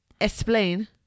explain